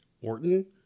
Orton